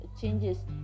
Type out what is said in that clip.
changes